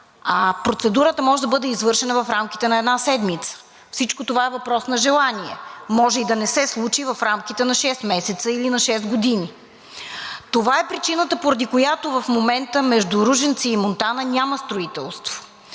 а процедурата може да бъде извършена в рамките на една седмица. Всичко това е въпрос на желание. Може и да не се случи в рамките на шест месеца или на шест години. Това е причината, поради която в момента между Ружинци и Монтана няма строителство.